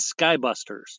Skybusters